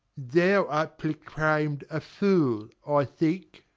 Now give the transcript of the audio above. thou art proclaim'd, a fool, i think.